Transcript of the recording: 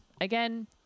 again